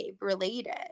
related